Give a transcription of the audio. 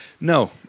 No